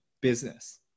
business